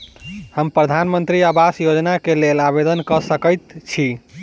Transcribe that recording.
हम प्रधानमंत्री आवास योजना केँ लेल आवेदन कऽ सकैत छी?